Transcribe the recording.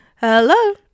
Hello